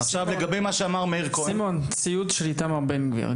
סימון, ציוץ של איתמר בן גביר.